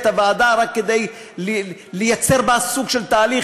רק כדי לייצר בה סוג של תהליך,